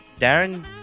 Darren